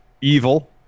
Evil